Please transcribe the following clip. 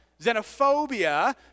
Xenophobia